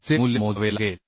चे मूल्य मोजावे लागेल